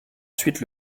ensuite